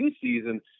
season